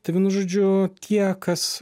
tai vienu žodžiu tie kas